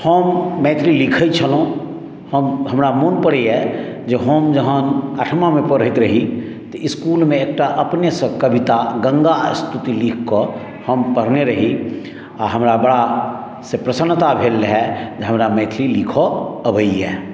हम मैथिली लिखै छलहुँ हम हमरा मोन पड़ैए जे हम जहन अठमामे पढैत रही तऽ इसकुलमे एकटा अपनेसँ कविता गंङ्गा स्तुति लिखि कऽ हम पढ़ने रही आओर हमरा बड़ा से प्रसन्नता भेल रहय जे हमरा मैथिली लिखऽ अबैए